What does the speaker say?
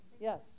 Yes